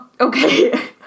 Okay